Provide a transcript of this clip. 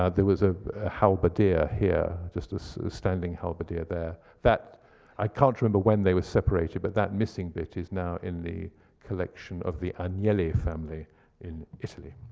ah there was a halberdier here, just a so standing halberdier there. i can't remember when they were separated, but that missing bit is now in the collection of the anieli family in italy.